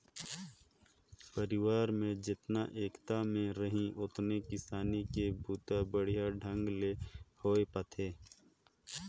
परिवार में जेतना एकता में रहीं ओतने किसानी के बूता बड़िहा ढंग ले होये पाथे